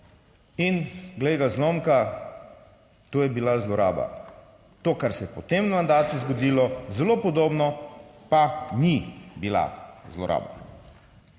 In glej ga zlomka, to je bila zloraba. To, kar se je pa v tem mandatu zgodilo zelo podobno, pa ni bila zloraba.